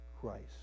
christ